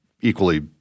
equally